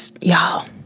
y'all